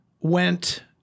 went